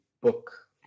book